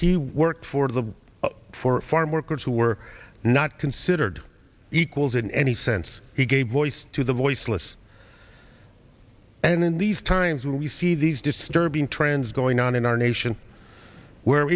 he worked for the for farm workers who were not considered equals in any sense he gave voice to the voiceless and in these times we see these disturbing trends going on in our nation where